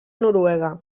noruega